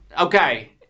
Okay